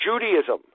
Judaism